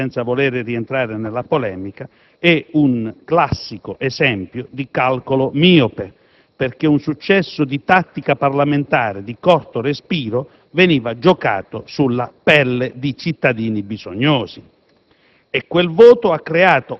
Quello, se mi è consentito dirlo senza rientrare nella polemica, è un classico esempio di calcolo miope, perché un successo di tattica parlamentare di corto respiro veniva giocato sulla pelle di cittadini bisognosi.